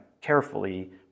carefully